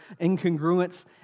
incongruence